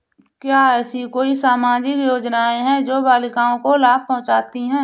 क्या ऐसी कोई सामाजिक योजनाएँ हैं जो बालिकाओं को लाभ पहुँचाती हैं?